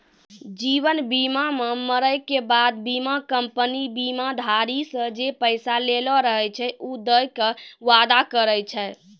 जीवन बीमा मे मरै के बाद बीमा कंपनी बीमाधारी से जे पैसा लेलो रहै छै उ दै के वादा करै छै